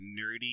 nerdy